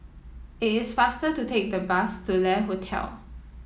it is faster to take the bus to Le Hotel